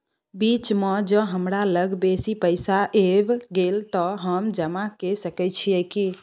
बीच म ज हमरा लग बेसी पैसा ऐब गेले त हम जमा के सके छिए की?